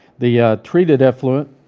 the a treated effluent